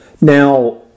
Now